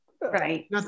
right